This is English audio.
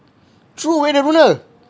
threw away the ruler